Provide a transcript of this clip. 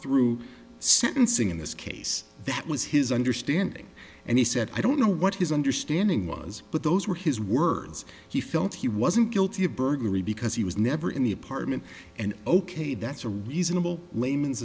through sentencing in this case that was his understanding and he said i don't know what his understanding was but those were his words he felt he wasn't guilty of burglary because he was never in the apartment and ok that's a reasonable layman's